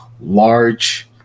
large